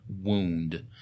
wound